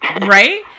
Right